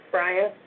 Brian